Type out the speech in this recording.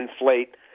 inflate